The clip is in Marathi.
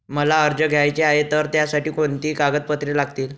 मला कर्ज घ्यायचे आहे तर त्यासाठी कोणती कागदपत्रे लागतील?